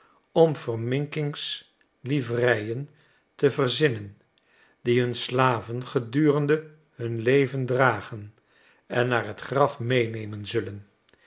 om verminkingslivreien te verzinnen die hun slaven gedurende hun leven dragen en naar t graf meenemen zullen